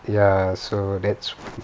ya so that's